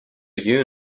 you